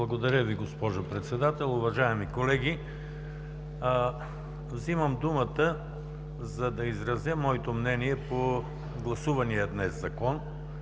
Благодаря Ви, госпожо Председател. Уважаеми колеги, взимам думата, за да изразя моето мнение по гласувания днес Закон.